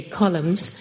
columns